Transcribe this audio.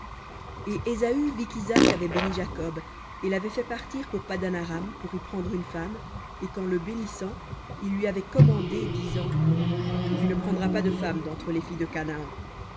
et ésaü vit qu'isaac avait béni jacob et l'avait fait partir pour paddan aram pour y prendre une femme et qu'en le bénissant il lui avait commandé disant tu ne prendras pas de femme d'entre les filles de canaan